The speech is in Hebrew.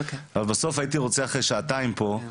אבל בסוף הייתי רוצה אחרי שעתיים דיון פה,